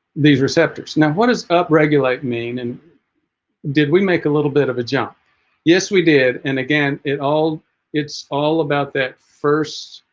these receptors now what does upregulate mean and did we make a little bit of a jump yes we did and again it all it's all about that first